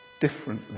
differently